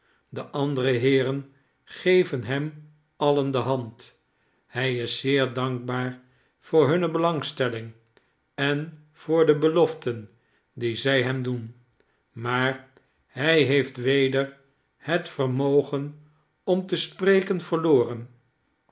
de andere heeren geven hem alien de hand hij is zeer dankbaar voor hiinne belangstelling en voor de beloften die zij hem doen maar hij heeft weder het vermogen om te spreken verloren